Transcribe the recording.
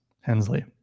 Hensley